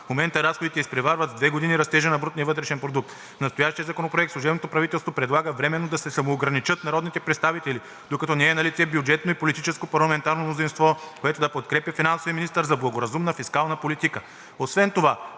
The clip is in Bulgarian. В момента разходите изпреварват с две години растежа на брутния вътрешен продукт. С настоящия законопроект служебното правителство предлага временно да се самоограничат народните представители, докато не е налице бюджетно и политическо парламентарно мнозинство, което да подкрепя финансовия министър за благоразумна фискална политика. Освен това,